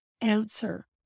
answer